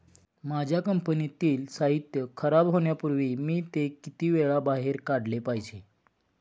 माझ्या कंपनीतील साहित्य खराब होण्यापूर्वी मी ते किती वेळा बाहेर काढले पाहिजे?